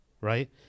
right